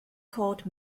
called